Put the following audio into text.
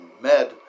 Med